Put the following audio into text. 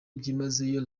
byimazeyo